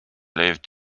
lived